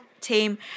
team